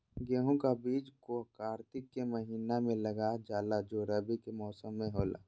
गेहूं का बीज को कार्तिक के महीना में लगा जाला जो रवि के मौसम में होला